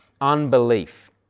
unbelief